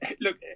look